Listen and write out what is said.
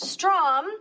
Strom